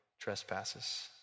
trespasses